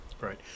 Right